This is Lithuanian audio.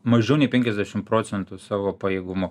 mažiau nei penkiasdešim procentų savo pajėgumu